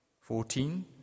Fourteen